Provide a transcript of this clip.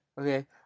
Okay